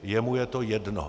Jemu je to jedno.